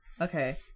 Okay